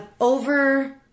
over